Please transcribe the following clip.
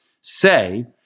say